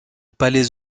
palais